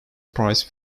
prized